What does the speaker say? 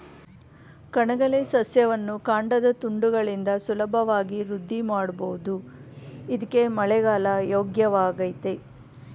ಕಣಗಿಲೆ ಸಸ್ಯವನ್ನು ಕಾಂಡದ ತುಂಡುಗಳಿಂದ ಸುಲಭವಾಗಿ ವೃದ್ಧಿಮಾಡ್ಬೋದು ಇದ್ಕೇ ಮಳೆಗಾಲ ಯೋಗ್ಯವಾಗಯ್ತೆ